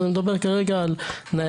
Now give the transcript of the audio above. אני מדבר כרגע על ניידות,